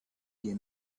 give